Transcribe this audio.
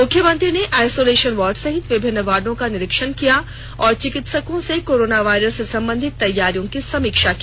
मुख्यमंत्री ने isolation ward सहित विभिन्न वार्डो का निरीक्षण किया और चिकित्सकों से कोरोना वायरस से संबंधित तैयारियों की समीक्षा की